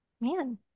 Man